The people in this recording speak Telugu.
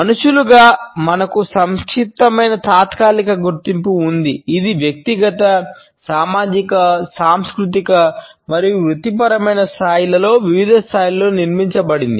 మనుషులుగా మనకు సంక్లిష్టమైన తాత్కాలిక గుర్తింపు ఉంది ఇది వ్యక్తిగత సామాజిక సాంస్కృతిక మరియు వృత్తిపరమైన స్థాయిలలో వివిధ స్థాయిలలో నిర్మించబడింది